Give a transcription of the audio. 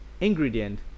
ingredient